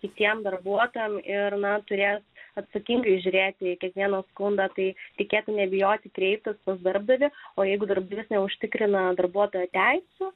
kitiems darbuotojams ir neturės atsakingai žiūrėti į kiekvieną skundą tai tikėti nebijoti kreiptis pas darbdavį o jeigu darbdavys neužtikrina darbuotojo teisių